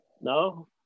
No